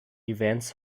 events